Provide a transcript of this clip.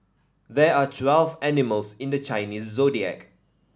there are twelve animals in the Chinese Zodiac